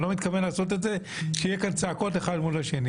אני לא מתכוון לקיים דיון עם צעקות אחד מול השני.